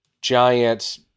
giant